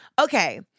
okay